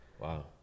Wow